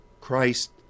Christ